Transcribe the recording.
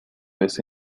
vez